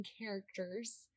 characters